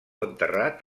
enterrat